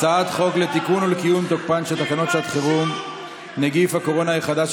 הצעת חוק לתיקון ולקיום תוקפן של תקנות שעת חירום (נגיף הקורונה החדש,